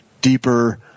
deeper